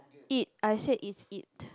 eat I said it's eat